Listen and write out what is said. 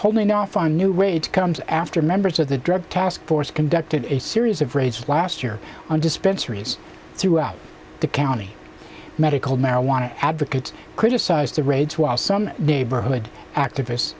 holding off on new rate comes after members of the drug task force conducted a series of raids last year on dispensary throughout the county medical marijuana advocates criticized the raids while some neighborhood activists